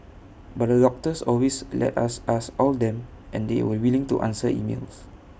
but the doctors always let us ask all them and they were willing to answer emails